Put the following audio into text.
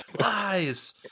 Lies